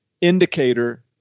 indicator